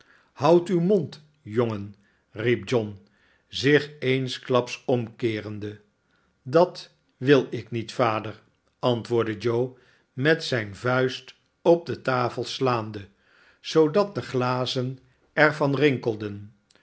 houd uw mond jongen riep john zich eensklaps omkeerende dat wil ik niet vader antwoordde joe met zijn vuist op de tafel slaande oodat de glazen er van